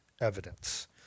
evidence